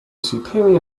superior